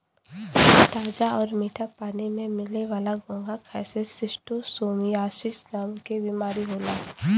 ताजा आउर मीठा पानी में मिले वाला घोंघा खाए से शिस्टोसोमियासिस नाम के बीमारी होला